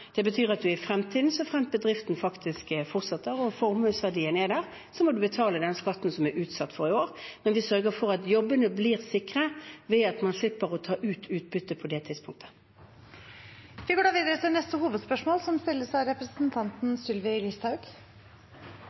Det betyr at man i fremtiden, såfremt bedriften faktisk fortsetter og formuesverdien er der, må betale den skatten som man fikk utsettelse på i år. Men vi sørger for at jobbene blir sikre ved at man slipper å ta ut utbytte på det tidspunktet. Vi går videre til neste hovedspørsmål. Jeg vil stille en del spørsmål som